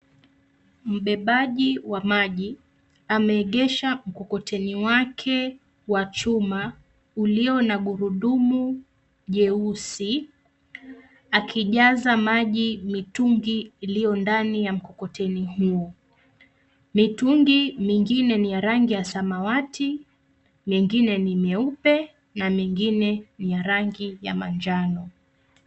Mbebaji wa maji ameegesha mkokoteni wake wa chuma ulio na gurudum jeusi akijaza maji mitungi iliyo ndani ya mkokoteni huo. Mitungi mingine ni ya rangi ya samawati, mengine ni meupe na mengine ya rangi ya manjano.